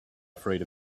afraid